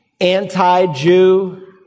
anti-Jew